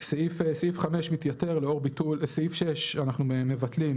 סעיף 6 אנחנו מבטלים,